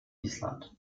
island